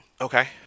Okay